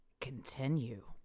Continue